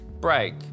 break